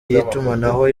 y’itumanaho